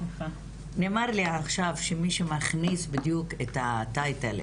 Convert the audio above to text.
נאמר לי עכשיו שמישהו הכניס בדיוק את הטייטל,